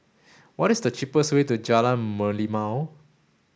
what is the cheapest way to Jalan Merlimau